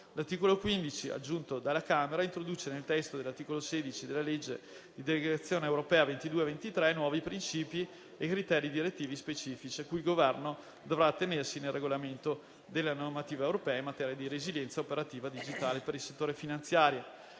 L'articolo 15, aggiunto dalla Camera, introduce nel testo dell'articolo 16 della legge di delegazione europea 2022-2023 nuovi principi e criteri direttivi specifici a cui il Governo dovrà attenersi nel recepimento della normativa europea in materia di resilienza operativa digitale per il settore finanziario.